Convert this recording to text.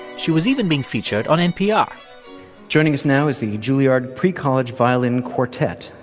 she was even being featured on npr joining us now is the juilliard pre-college violin quartet.